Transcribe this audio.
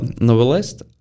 novelist